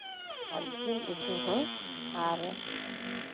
ᱟᱨ ᱡᱤᱞ ᱩᱛᱩ ᱦᱚᱸ ᱟᱨ